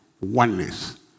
oneness